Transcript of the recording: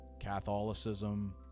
Catholicism